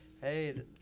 hey